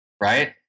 Right